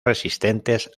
resistentes